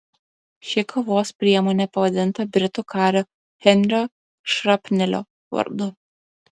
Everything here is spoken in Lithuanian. ši kovos priemonė pavadinta britų kario henrio šrapnelio vardu